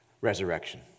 Resurrection